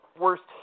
worst